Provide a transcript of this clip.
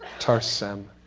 tarsem.